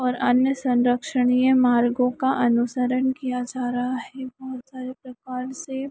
और अन्य संरक्षनीय मार्गों का अनुसरण किया जा रहा है बहुत सारे प्रकार से